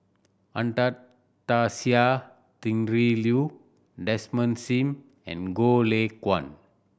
Anastasia Tjendri Liew Desmond Sim and Goh Lay Kuan